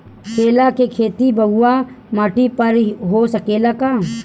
केला के खेती बलुआ माटी पर हो सकेला का?